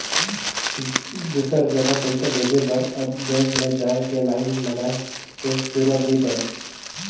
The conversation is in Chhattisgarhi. दुसर जघा पइसा भेजे बर अब बेंक में जाए के लाईन लगाए के जरूरत नइ पुरे